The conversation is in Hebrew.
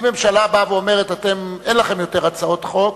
אם ממשלה אומרת: אין לכם יותר הצעות חוק,